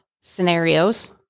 scenarios